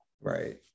Right